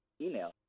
email